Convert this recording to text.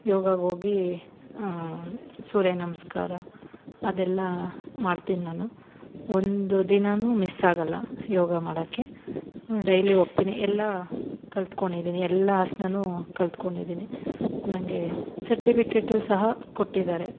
ಯೋಗಾಗೆ ಹೋಗಿ ಸೂರ್ಯ ನಮಸ್ಕಾರ ಅದೆಲ್ಲಾ ಮಾಡ್ತೀನ್ ನಾನು ಒಂದು ದಿನನು ಮಿಸ್ ಆಗೊಲ್ಲ ಯೋಗ ಮಾಡೋಕ್ಕೆ ಡೈಲಿ ಹೋಗ್ತಿನಿ ಎಲ್ಲಾ ಕಲಿತ್ಕೊಂಡಿದಿನಿ ಎಲ್ಲ ಆಸನಾನೂ ಕಲಿತ್ಕೊಂಡಿದಿನಿ ನನಗೇ ಸರ್ಟಿಫಿಕೇಟು ಸಹ ಕೊಟ್ಟಿದ್ದಾರೆ